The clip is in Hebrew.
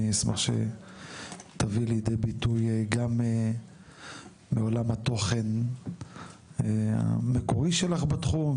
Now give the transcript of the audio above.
אני אשמח שתביאי לידי ביטוי גם מעולם התוכן המקורי שלך בתחום,